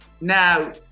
Now